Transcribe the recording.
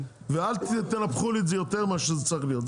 ואל תנפחו לי את זה יותר ממה שזה צריך להיות.